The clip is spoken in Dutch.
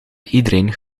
iedereen